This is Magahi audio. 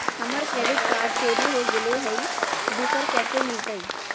हमर क्रेडिट कार्ड चोरी हो गेलय हई, दुसर कैसे मिलतई?